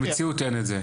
במציאות אין את זה.